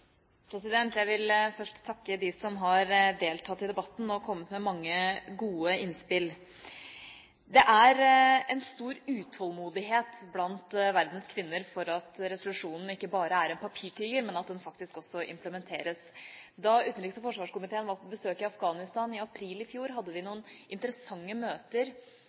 Jeg vil først takke dem som har deltatt i debatten og kommet med mange gode innspill. Det er en stor utålmodighet blant verdens kvinner for at resolusjonen ikke bare er en papirtiger, men at den faktisk også implementeres. Da utenriks- og forsvarskomiteen var på besøk i Afghanistan i april i fjor, hadde vi noen interessante møter